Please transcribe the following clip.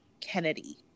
Kennedy